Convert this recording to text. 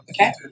Okay